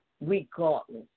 regardless